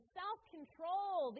self-control